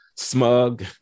smug